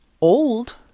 old